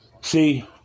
See